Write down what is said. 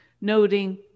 noting